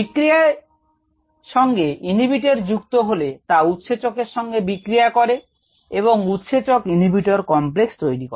বিক্রিয়ার সঙ্গে ইনহিবিটর যুক্ত হলে তা উৎসেচক এর সঙ্গে বিক্রিয়া করে এবং উৎসেচক ইনহিবিটর কমপ্লেক্স তৈরি হয়